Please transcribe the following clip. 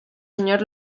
señor